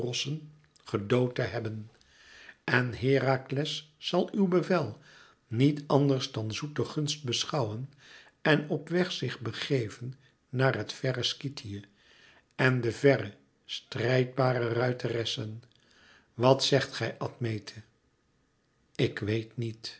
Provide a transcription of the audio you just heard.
gedood te hebben en herakles zal uw bevel niet anders dan zoete gunst beschouwen en op weg zich begeven naar het verre skythië en de verre strijdbare ruiteressen wat zegt gij admete ik weet niet